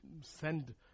send